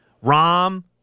Rom